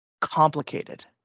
complicated